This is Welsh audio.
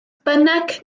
bynnag